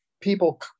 people